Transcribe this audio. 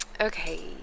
okay